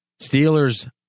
Steelers